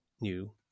new